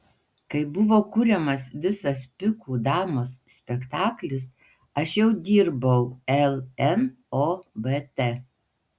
kai buvo kuriamas visas pikų damos spektaklis aš jau dirbau lnobt